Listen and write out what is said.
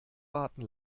warten